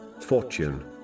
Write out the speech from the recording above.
fortune